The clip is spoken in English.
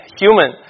human